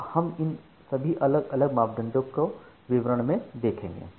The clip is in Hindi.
अब हम इन सभी अलग अलग मापदंडों को विवरण में देखेंगे